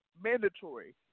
mandatory